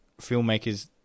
filmmakers